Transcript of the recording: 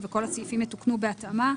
19?